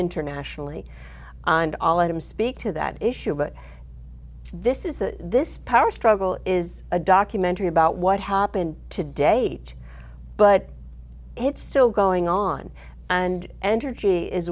internationally and all of them speak to that issue but this is that this power struggle is a documentary about what happened today but it's still going on and entergy is